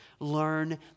Learn